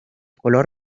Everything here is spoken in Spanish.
color